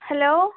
hello